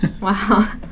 Wow